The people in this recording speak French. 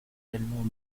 également